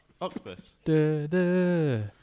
Octopus